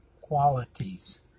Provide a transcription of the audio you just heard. qualities